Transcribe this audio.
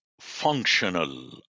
functional